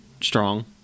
strong